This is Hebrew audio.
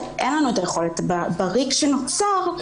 בריק שנוצר,